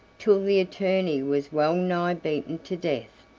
till the attorney was well-nigh beaten to death.